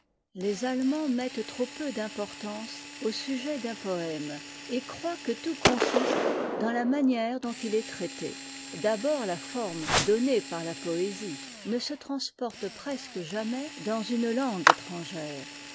les allemands mettent trop peu d'importance au sujet d'im poëme et croient que tout consiste dans la manière dont il est traité d'abord la forme donnée par la poésie ne se transporte presque jamais dans une langue étrangère